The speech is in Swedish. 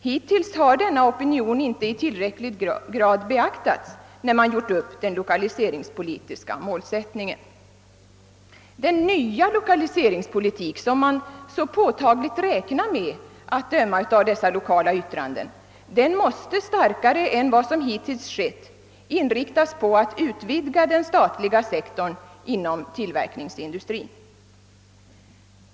Hittills har denna opinion inte i tillräcklig grad beaktats när den lokaliseringspolitiska målsättningen fastställts. Den nya lokaliseringspolitik som man så påtagligt räknar med, att döma av dessa lokala yttranden, måste starkare än vad som hittills skett inriktas på att utvidga den statliga sektorn inom tillverkningsindustrin.